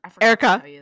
Erica